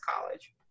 college